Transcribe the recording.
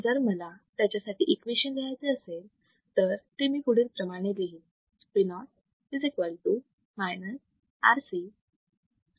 जर मला याच्यासाठी इक्वेशन लिहायचे असेल तर ते मी पुढील प्रमाणे लिहिणार